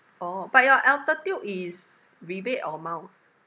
oh but your altitude is rebate or amount